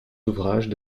ouvrages